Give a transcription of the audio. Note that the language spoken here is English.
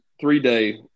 three-day